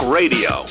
radio